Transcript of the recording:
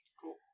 cool